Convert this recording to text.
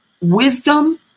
wisdom